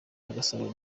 agasahura